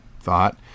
thought